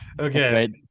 Okay